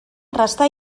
restà